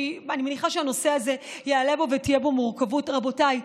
אני מניחה שהנושא הזה יעלה בה ותהיה בו מורכבות: רבותיי,